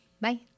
Bye